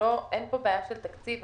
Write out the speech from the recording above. אין פה בעיית תקציב.